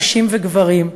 נשים וגברים,